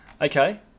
Okay